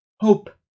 hope